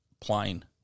plane